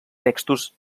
textos